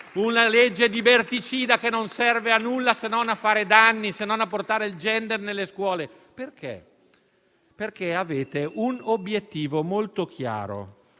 una legge liberticida che non serve a nulla se non a fare danni e a portare il *gender* nelle scuole. Perché? Lo avete fatto perché avete un obiettivo molto chiaro: